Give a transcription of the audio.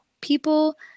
People